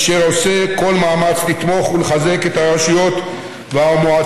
אשר עושה כל מאמץ לתמוך ולחזק את הרשויות והמועצות